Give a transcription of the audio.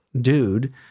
dude